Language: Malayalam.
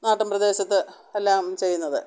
നാട്ടിൻപ്രദേശത്ത് എല്ലാം ചെയ്യുന്നത്